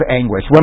anguish